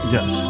Yes